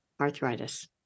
arthritis